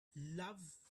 love